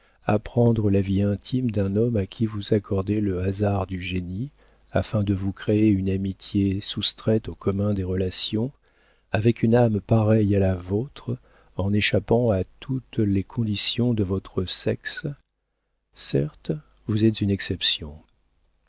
apprendre la vie intime d'un homme à qui vous accordez le hasard du génie afin de vous créer une amitié soustraite au commun des relations avec une âme pareille à la vôtre en échappant à toutes les conditions de votre sexe certes vous êtes une exception